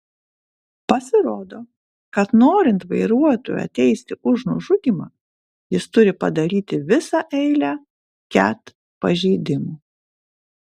pasirodo kad norint vairuotoją teisti už nužudymą jis turi padaryti visą eilę ket pažeidimų